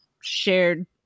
shared